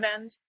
end